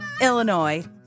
Illinois